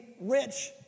rich